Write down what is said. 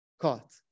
caught